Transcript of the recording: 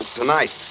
tonight